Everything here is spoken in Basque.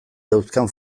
dauzkan